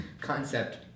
concept